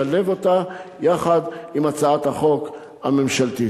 אבקש לשלב אותה בהצעת החוק הממשלתית.